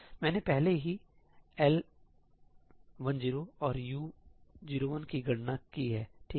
तो मैंने पहले ही एल L10 और U01 की गणना की है ठीक है